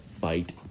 Fight